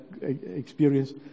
Experience